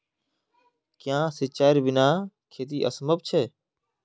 क्याँ सिंचाईर बिना खेत असंभव छै?